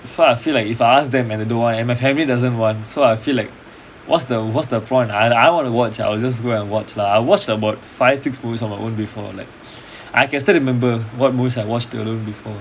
so I feel like if I ask them and they don't want and my family doesn't want so I feel like what's the what's the point I want to watch I will just go and watch lah I watch about five six movies on my own before like I can still remember what movies I watched alone before